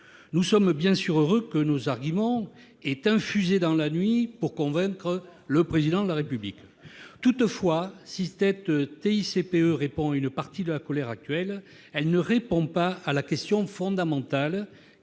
Nous sommes bien sûr heureux que nos arguments aient infusé dans la nuit pour convaincre le Président de la République. Toutefois, si cette TICPE répond à une partie de la colère actuelle, elle ne répond pas à la question fondamentale